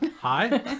Hi